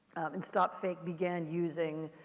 and stop fake began using